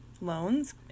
loans